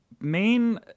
main